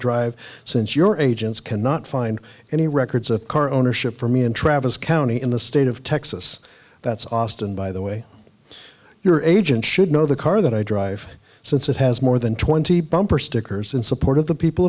drive since your agents cannot find any records of car ownership for me in travis county in the state of texas that's austin by the way your agent should know the car that i drive since it has more than twenty bumper stickers in support of the people